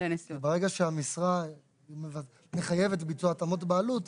כי ברגע שהמשרה מחייבת ביצוע התאמות בעלות,